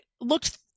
looked